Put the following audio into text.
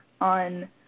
on